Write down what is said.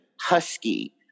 husky